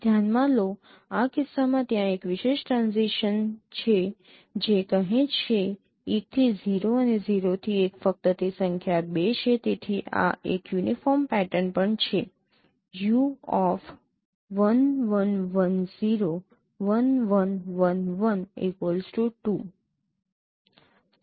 ધ્યાનમાં લો આ કિસ્સામાં ત્યાં એક વિશેષ ટ્રાન્ઝીશન્સ છે જે કહે છે ૧ થી 0 અને 0 થી 1 ફક્ત તે સંખ્યા ૨ છે તેથી આ એક યુનિફોર્મ પેટર્ન પણ છે